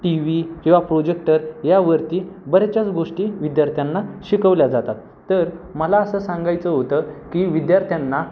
T V किंवा projector यावरती बऱ्याचशाच गोष्टी विद्यार्थ्यांना शिकवल्या जातात तर मला असं सांगायचं होतं की विद्यार्थ्यांना